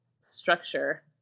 structure